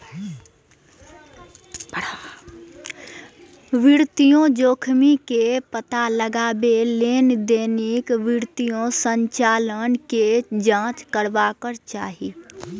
वित्तीय जोखिम के पता लगबै लेल दैनिक वित्तीय संचालन के जांच करबाक चाही